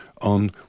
on